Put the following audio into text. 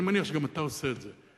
אני מניח שגם אתה עושה את זה.